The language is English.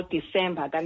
December